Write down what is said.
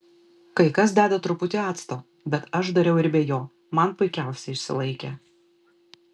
kai kas deda truputį acto bet aš dariau ir be jo man puikiausiai išsilaikė